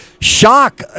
shock